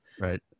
right